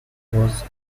was